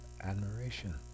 admiration